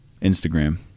Instagram